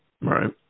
Right